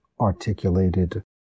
articulated